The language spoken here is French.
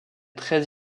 très